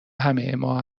همهما